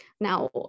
now